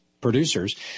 producers